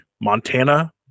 Montana